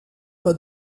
pas